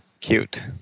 cute